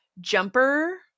jumper